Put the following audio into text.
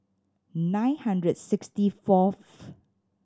nine hundred sixty fourth